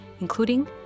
including